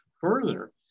further